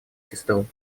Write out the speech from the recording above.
сестру